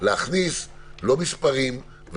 להכניס מספרים.